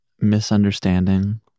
misunderstanding